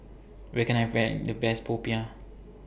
Where Can I Find The Best Popiah